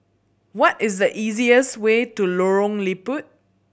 what is the easiest way to Lorong Liput